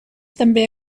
també